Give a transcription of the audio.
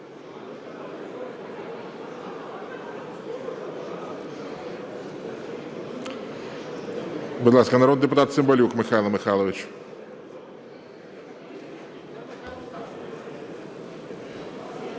Будь ласка, народний депутат Цимбалюк Михайло Михайлович.